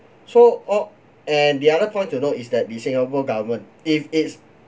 so all and the other point to note is that the singapore government if it's